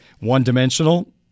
one-dimensional